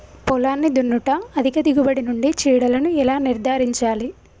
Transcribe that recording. పొలాన్ని దున్నుట అధిక దిగుబడి నుండి చీడలను ఎలా నిర్ధారించాలి?